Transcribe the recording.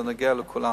זה נוגע לכולנו.